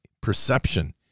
perception